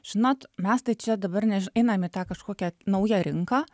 žinot mes tai čia dabar než einam į tą kažkokią naują rinką